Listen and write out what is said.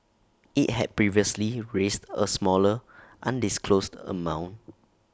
IT had previously raised A smaller undisclosed amount